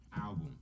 album